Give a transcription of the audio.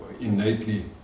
innately